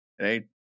right